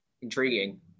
intriguing